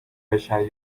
beşer